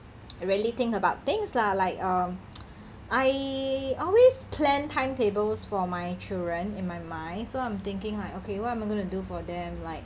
really think about things lah like um I always plan timetables for my children in my mind so I'm thinking like okay what am I gonna do for them like